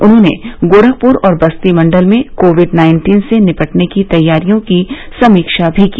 उन्होंने गोरखपुर और बस्ती मंडल में कोविड नाइन्टीन से निपटने की तैयारियों की समीक्षा भी की